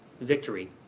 victory